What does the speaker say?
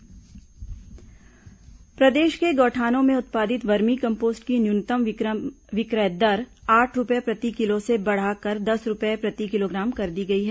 vermi compost दर प्रदेश के गौठानों में उत्पादित वर्मी कम्पोस्ट की न्यूनतम विक्रय दर आठ रूपये प्रति किलो से बढ़ाकर दस रूपये प्रति किलोग्राम कर दी गई है